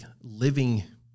living